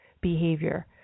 behavior